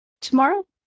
tomorrow